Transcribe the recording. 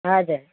हजुर